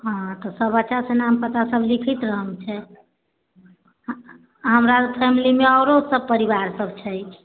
हँ त सब अच्छा से नाम पता सब लिखि रहल छै हमरा फैमिली मे आओरो सब परिवार सब छै